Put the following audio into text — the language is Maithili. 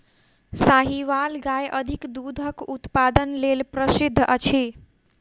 साहीवाल गाय अधिक दूधक उत्पादन लेल प्रसिद्ध अछि